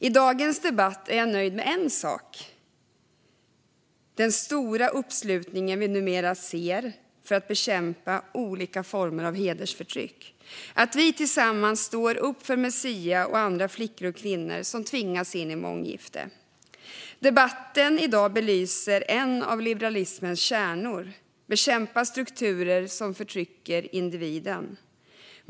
I dagens debatt är jag nöjd med en sak, och det är den stora uppslutningen vi numera ser för att bekämpa olika former av hedersförtryck - att vi tillsammans står upp för Merziah och andra flickor och kvinnor som tvingas in i månggifte. Debatten i dag belyser en av liberalismens kärnor: Bekämpa strukturer som förtrycker individen.